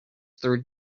through